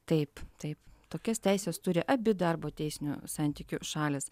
taip taip tokias teises turi abi darbo teisinių santykių šalys